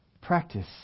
practice